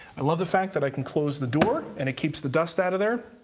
i love the fact that i can close the door and it keeps the dust out of there.